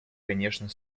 конечно